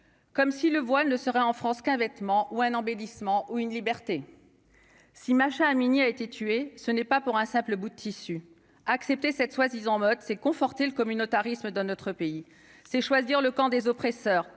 comme si le voile ne sera en France qu'un vêtement ou un embellissement ou une liberté 6 Masha Amini a été tué ce n'est pas pour un simple bout de tissu accepté cette fois s'en mode c'est conforter le communautarisme dans notre pays, c'est choisir le camp des oppresseurs,